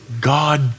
God